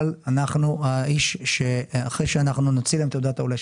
אבל אנחנו האיש שאחרי שאנחנו נוציא להם את תעודת העולה,